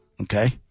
Okay